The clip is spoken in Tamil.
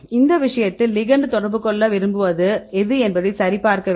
இந்த விஷயத்தில் லிகெெண்ட் தொடர்பு கொள்ள விரும்புவது எது என்பதை சரிபார்க்க வேண்டும்